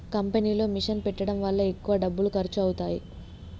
కంపెనీలో మిషన్ పెట్టడం వల్ల ఎక్కువ డబ్బులు ఖర్చు అవుతాయి